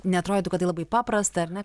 neatrodytų kad tai labai paprasta ar ne